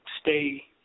Stay